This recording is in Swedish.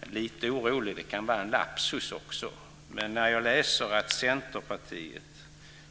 Jag blir lite orolig - även om det kan vara en lapsus - när jag läser att Centerpartiet